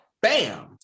Bam